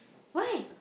why